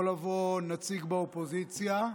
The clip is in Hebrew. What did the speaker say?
יכול לבוא נציג באופוזיציה,